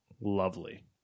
lovely